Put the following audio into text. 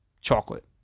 chocolate